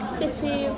city